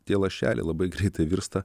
tie lašeliai labai greitai virsta